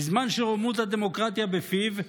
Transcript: בזמן שרוממות הדמוקרטיה בפיו,